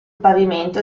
pavimento